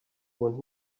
want